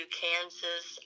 kansas